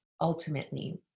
ultimately